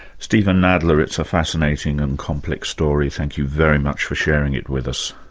steven nadler, it's a fascinating and complex story. thank you very much for sharing it with us.